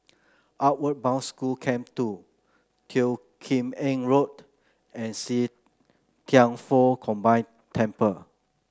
Outward Bound School Camp Two Teo Kim Eng Road and See Thian Foh Combine Temple